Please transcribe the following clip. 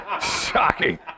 Shocking